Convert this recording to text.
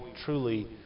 truly